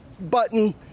button